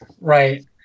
Right